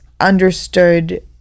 understood